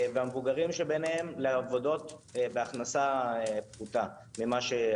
והמבוגרים לעבודות בהכנסה נמוכה.